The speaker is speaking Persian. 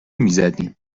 میزدیم